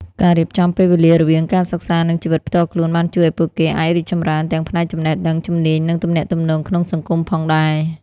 ការរៀបចំពេលវេលារវាងការសិក្សានិងជីវិតផ្ទាល់ខ្លួនបានជួយឱ្យពួកគេអាចរីកចម្រើនទាំងផ្នែកចំណេះដឹង ជំនាញ និងទំនាក់ទំនងក្នុងសង្គមផងដែរ។